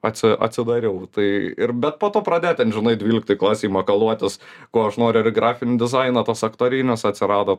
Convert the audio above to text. atsi atsidariau tai ir bet po to pradėjo ten žinai dvyliktoj klasėj makaluotis ko aš noriu ir grafinio dizaino tos aktorinis atsirado